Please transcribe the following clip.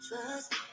Trust